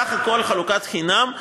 סך הכול חלוקה חינם,